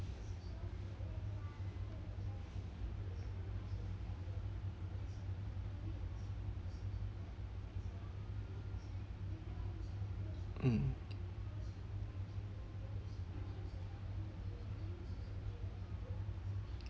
mm